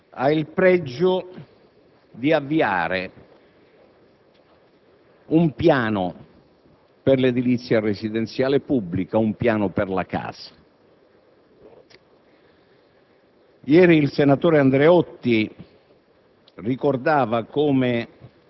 decaduto aveva il pregio di avviare un piano per l'edilizia residenziale pubblica, un piano per la casa.